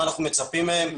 מה אנחנו מצפים מהם.